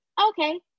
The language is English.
okay